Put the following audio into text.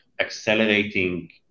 accelerating